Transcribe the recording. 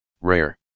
rare